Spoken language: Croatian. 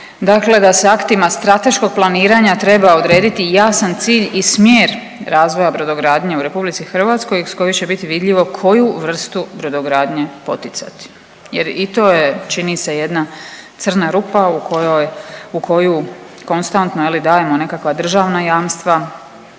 dakle da se aktima strateškog planiranja treba odrediti jasan cilj i smjer razvoja brodogradnje u RH iz koje će biti vidljivo koju vrstu brodogradnje poticati jer i to je, čini se jedna crna rupa u kojoj, u koju konstantno, je li, dajemo nekakva državna jamstva,